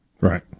Right